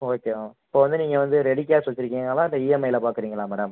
okay ma'am இப்போ வந்து நீங்கள் வந்து ரெடி கேஷ் வெச்சிருக்கீங்களா இல்லை இஎம்ஐயில் பார்க்குறீங்களா மேடம்